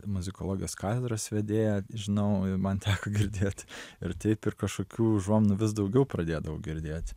muzikologijos katedros vedėją žinau man teko girdėti ir taip ir kažkokių užuominų vis daugiau pradėdavau girdėti